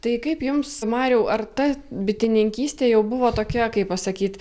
tai kaip jums mariau ar ta bitininkystė jau buvo tokia kaip pasakyt